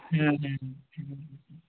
হুম হুম হুম হুম হুম হুম